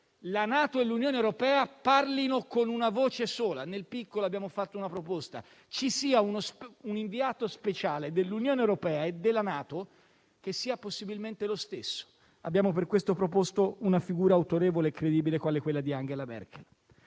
la NATO e l'Unione Europea parlino con una voce sola. Nel nostro piccolo abbiamo fatto una proposta: ci sia un inviato speciale dell'Unione europea e della NATO che sia possibilmente lo stesso. Per questo abbiamo proposto una figura autorevole e credibile qual è quella di Angela Merkel.